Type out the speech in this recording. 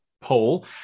poll